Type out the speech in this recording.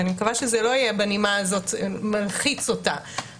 ואני מקווה שזה יהיה לא בנימה הזאת של מלחיץ אותה,